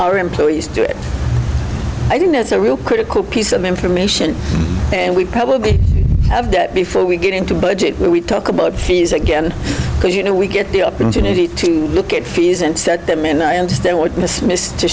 our employees do it i don't know it's a real critical piece of information and we probably have that before we get into budget when we talk about fees again because you know we get the opportunity to look at fees and set them and i understand what miss miss